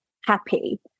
happy